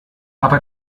aber